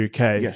UK